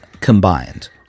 combined